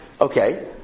Okay